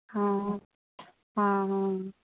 ہاں ہاں ہاں ہاں